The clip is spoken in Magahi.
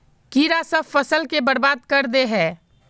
कीड़ा सब फ़सल के बर्बाद कर दे है?